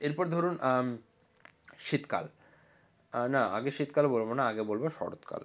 এরপর ধরুন শীতকাল না আগে শীতকালে বলবো না আগে বলবো শরৎকাল